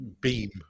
beam